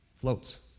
floats